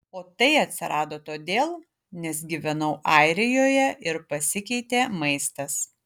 o tai atsirado todėl nes gyvenau airijoje ir pasikeitė maistas